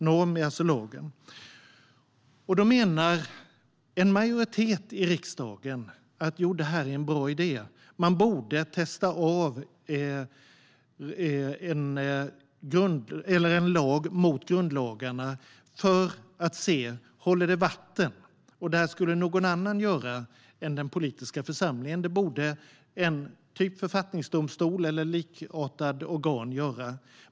Norm är alltså lagen. En majoritet i riksdagen menar att det här är en bra idé, att man borde testa av en lag mot grundlagarna för att se om den är vattentät. Detta skulle någon annan göra än den politiska församlingen. Det borde typ en författningsdomstol eller likartat organ göra.